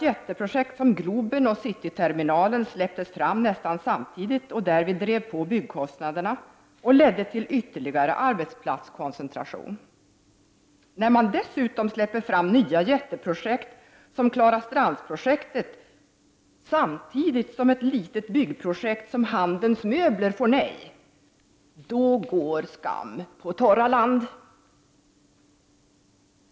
Jätteprojekt som Globen och Cityterminalen släpptes fram nästan samtidigt. Därvid drevs byggkostnaderna på, och det ledde till ytterligare arbetsplatskoncentration. När man dessutom släpper fram nya jätteprojekt som Klarastrandsprojektet, samtidigt som ett litet byggprojekt som Handens Möbler får nej, då går skam på torra land.